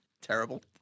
Terrible